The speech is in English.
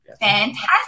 fantastic